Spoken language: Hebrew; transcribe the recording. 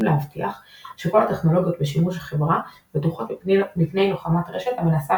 להבטיח שכל הטכנולוגיות בשימוש החברה בטוחות מפני לוחמת רשת המנסה